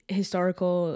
historical